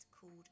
called